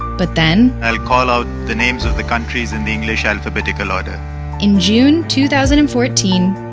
but then, i'll call out the names of the countries in the english alphabetical order in june two thousand and fourteen,